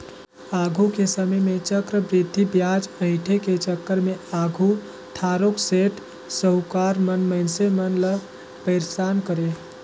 आघु के समे में चक्रबृद्धि बियाज अंइठे के चक्कर में आघु थारोक सेठ, साहुकार मन मइनसे मन ल पइरसान करें